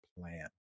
plan